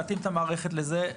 להתאים את המערכת לזה.